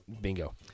Bingo